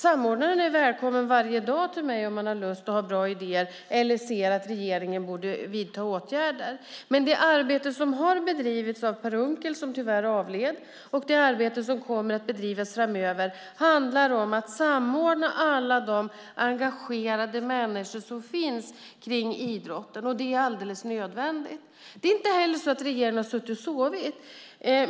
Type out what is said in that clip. Samordnaren är välkommen till mig varje dag om han har lust och har bra idéer eller ser att regeringen borde vidta åtgärder. Men det arbete som bedrevs av Per Unckel, som tyvärr avled, och det arbete som kommer att bedrivas framöver handlar om att samordna alla de engagerade människor som finns kring idrotten, och det är helt nödvändigt. Regeringen har inte suttit och sovit.